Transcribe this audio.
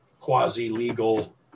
quasi-legal